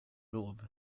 lov